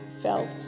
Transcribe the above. felt